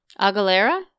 Aguilera